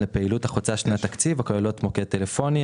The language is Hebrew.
לפעילות החוצה שנת תקציב הכוללות מוקד טלפוני,